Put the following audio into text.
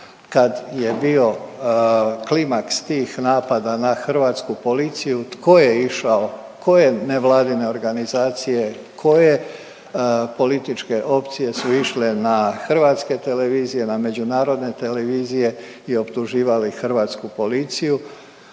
kad je bio klimaks tih napada na hrvatsku policiju tko je išao, koje nevladine organizacije, koje političke opcije su išle na hrvatske televizije, na međunarodne televizije i optuživali hrvatsku policiju?